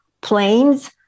planes